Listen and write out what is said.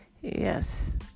Yes